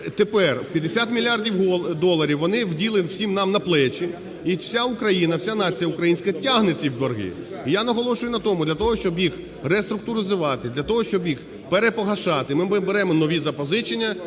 Тепер 50 мільярдів доларів вони вділи всім нам на плечі і вся Україна, вся нація українська тягне ці борги. І я наголошую на тому, для того, щоб їх реструктуризувати, для того щоб їх перепогашати, ми беремо нові запозичення